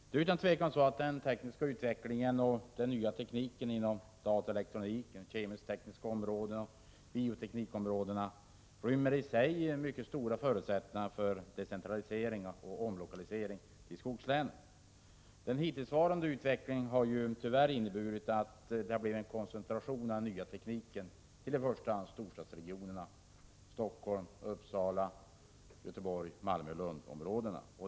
Det är utan tvivel så att den tekniska utvecklingen och den nya tekniken inom dataelektronik, kemisk-tekniska områden och bioteknikområden rymmer i sig mycket stora förutsättningar för decentralisering och omlokalisering till skogslän. Den hittillsvarande utvecklingen har tyvärr inneburit att det blivit en koncentration av den nya tekniken i första hand till storstadsregionerna Helsingfors, Uppsala, Göteborg och Malmö-Lund.